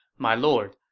my lord,